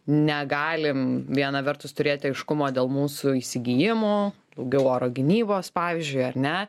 negalim viena vertus turėti aiškumo dėl mūsų įsigyjimų daugiau oro gynybos pavyzdžiui ar ne